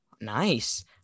nice